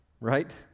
right